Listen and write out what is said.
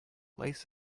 lace